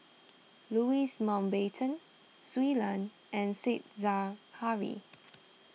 Louis Mountbatten Shui Lan and Said Zahari